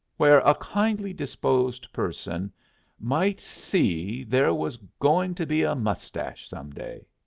where a kindly-disposed person might see there was going to be a moustache some day.